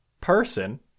person